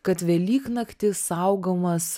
kad velyknaktį saugomas